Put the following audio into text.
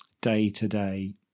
day-to-day